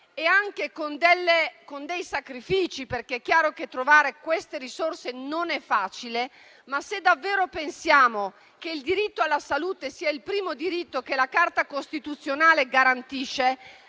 e anche con dei sacrifici, perché è chiaro che trovare queste risorse non è facile. Se però pensiamo davvero che quello alla salute sia il primo diritto che la Carta costituzionale garantisce,